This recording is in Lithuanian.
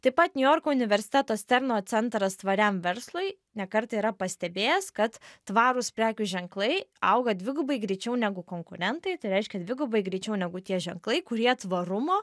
taip pat niujorko universiteto sterno centras tvariam verslui ne kartą yra pastebėjęs kad tvarūs prekių ženklai auga dvigubai greičiau negu konkurentai tai reiškia dvigubai greičiau negu tie ženklai kurie tvarumo